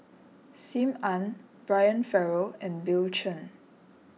Sim Ann Brian Farrell and Bill Chen